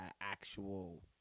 actual